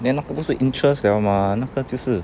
then 那个不是 interest liao 嘛那个就是